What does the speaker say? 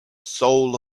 soul